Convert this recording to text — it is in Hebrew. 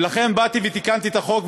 ולכן באתי ותיקנתי את החוק,